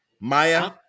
maya